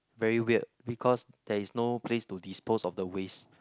very weird because there is no place to dispose of the waste